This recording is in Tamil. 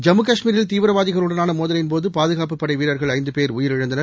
ஜம்மு கஷ்மீரில் தீவிரவாதிகளுடனான மோதலின்போது பாதுகாப்புப் படை வீரர்கள் ஐந்து பேர் உயிரிழந்தனர்